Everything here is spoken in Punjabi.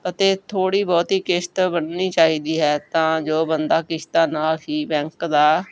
ਅਤੇ ਥੋੜ੍ਹੀ ਬਹੁਤ ਹੀ ਕਿਸ਼ਤ ਬਣਨੀ ਚਾਹੀਦੀ ਹੈ ਤਾਂ ਜੋ ਬੰਦਾ ਕਿਸ਼ਤਾਂ ਨਾਲ ਹੀ ਬੈਂਕ ਦਾ